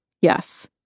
Yes